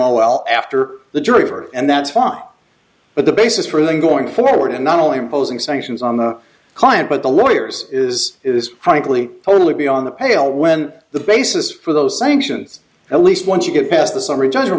a well after the jury for and that's fine but the basis for them going forward and not only imposing sanctions on the client but the lawyers is is frankly totally beyond the pale when the basis for those sanctions at least once you get past the summary judgment